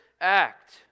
act